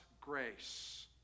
grace